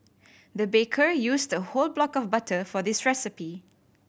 the baker used a whole block of butter for this recipe